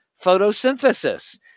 photosynthesis